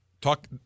talk